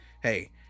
hey